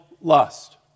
lust